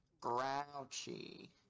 grouchy